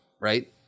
right